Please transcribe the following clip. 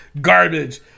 garbage